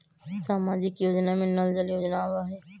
सामाजिक योजना में नल जल योजना आवहई?